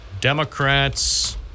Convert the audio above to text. Democrats